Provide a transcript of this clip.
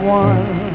one